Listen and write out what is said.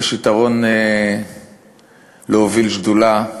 יש יתרון להוביל שדולה,